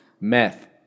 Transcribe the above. Meth